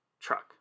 truck